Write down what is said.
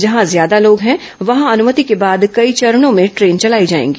जहां ज्यादा लोग हैं वहां अनुमति के बाद कई चरणों में ट्रेन चलाई जाएगी